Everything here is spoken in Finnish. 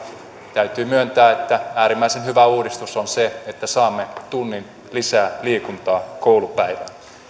täytyy myöntää että äärimmäisen hyvä uudistus on se että saamme tunnin lisää liikuntaa